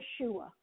Yeshua